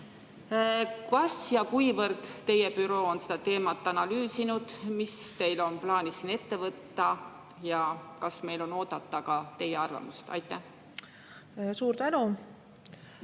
Kas ja kuivõrd teie büroo on seda teemat analüüsinud, mis teil on plaanis ette võtta ja kas meil on oodata ka teie arvamust? Aitäh, austatud